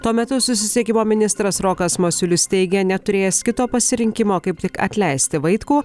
tuo metu susisiekimo ministras rokas masiulis teigė neturėjęs kito pasirinkimo kaip tik atleisti vaitkų